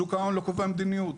שוק ההון לא קובע מדיניות.